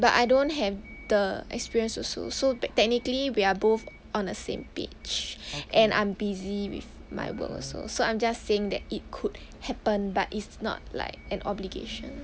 but I don't have the experience also so technically we are both on the same page and I'm busy with my work also so I'm just saying that it could happen but it's not like an obligation